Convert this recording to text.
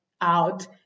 out